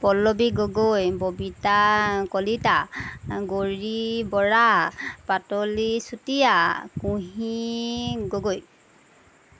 Pallavi Gogoi Babita Kalita Gouri Bora Patali Chutia Kunhi Gogoi